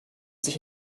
sich